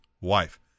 wife